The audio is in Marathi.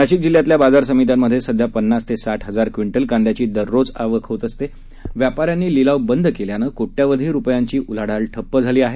नाशिक जिल्ह्यातील बाजार समित्यांमध्ये सध्या पन्नास ते साठ हजार क्विंटल कांद्याची दररोज आवक होत असते व्यापाऱ्यांनी लिलाव बंद केल्यामुळे कोट्यावधी रुपयांची उलाढाल ठप्प झाली आहे